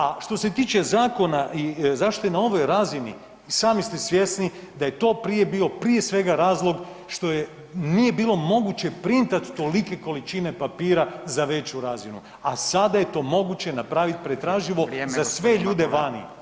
A što se tiče zakona i zašto je na ovoj razini i sami ste svjesni da je to prije bio prije svega razlog što je nije bilo moguće printati tolike količine papira za veću razinu, a sada je to moguće napraviti pretraživo [[Upadica: Vrijeme.]] za sve ljude vani.